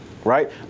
right